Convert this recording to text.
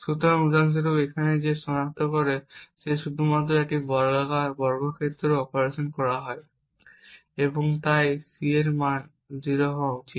সুতরাং উদাহরণস্বরূপ এখানে সে সনাক্ত করে যে শুধুমাত্র একটি বর্গক্ষেত্র অপারেশন করা হয় এবং তাই C এর মান 0 হওয়া উচিত